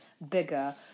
bigger